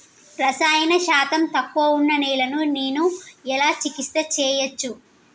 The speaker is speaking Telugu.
రసాయన శాతం తక్కువ ఉన్న నేలను నేను ఎలా చికిత్స చేయచ్చు?